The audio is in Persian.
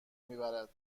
میبرد